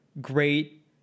great